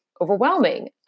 overwhelming